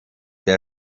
der